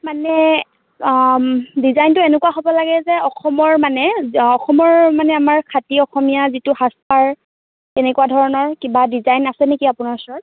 মানে ডিজাইনটো এনেকুৱা হ'ব লাগে যে অসমৰ মানে অসমৰ মানে আমাৰ খাতি অসমীয়া যিটো সাজ পাৰ তেনেকুৱা ধৰণৰ কিবা ডিজাইন আছে নেকি আপোনাৰ ওচৰত